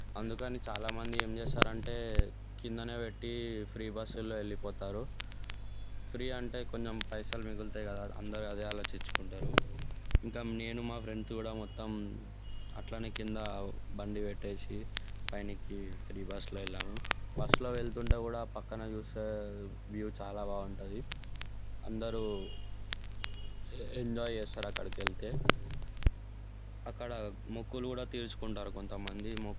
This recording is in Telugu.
అందుకని చాలా మంది ఏం చేస్తారంటే కిందనే పెట్టి ఫ్రీ బస్సుల్లో వెళ్ళిపోతారు ఫ్రీ అంటే కొంచెం పైసలు మిగులుతాయి కదా అందరూ అదే ఆలోచించుకుంటారు ఇంకా నేను మా ఫ్రెండ్స్ కూడా మొత్తం అట్లానే కింద బండి పెట్టేసి పైనికి ఫ్రీ బస్సులో వెళ్ళాము బస్సులో వెళ్తుంటే కూడా పక్కన చూస్తే వ్యూ చాలా బాగుంటుంది అందరూ ఎంజాయ్ చేస్తారు అక్కడికి వెళ్తే మొక్కులు కూడా తీర్చుకుంటారు కొంతమంది